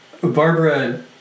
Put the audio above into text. Barbara